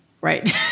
right